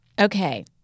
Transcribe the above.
Okay